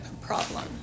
problem